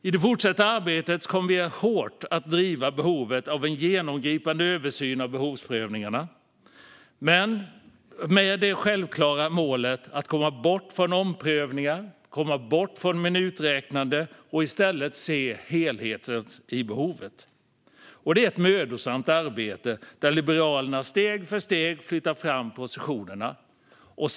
I det fortsatta arbetet kommer vi att hårt driva behovet av en genomgripande översyn av behovsprövningarna med det självklara målet att komma bort från omprövningar och minuträknande och i stället se helheten i behovet. Det är ett mödosamt arbete där Liberalerna steg för steg flyttar fram positionerna.